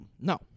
No